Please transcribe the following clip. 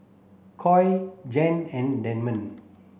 Coy Jan and Damon